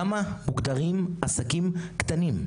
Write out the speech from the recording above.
כמה מוגדרים עסקים קטנים?